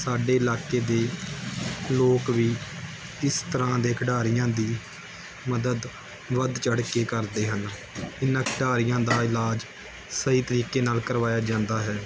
ਸਾਡੇ ਇਲਾਕੇ ਦੇ ਲੋਕ ਵੀ ਇਸ ਤਰ੍ਹਾਂ ਦੇ ਖਿਡਾਰੀਆਂ ਦੀ ਮਦਦ ਵੱਧ ਚੜ੍ਹ ਕੇ ਕਰਦੇ ਹਨ ਇਹਨਾਂ ਖਿਡਾਰੀਆਂ ਦਾ ਇਲਾਜ ਸਹੀ ਤਰੀਕੇ ਨਾਲ ਕਰਵਾਇਆ ਜਾਂਦਾ ਹੈ